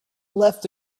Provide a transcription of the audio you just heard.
left